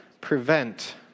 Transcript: prevent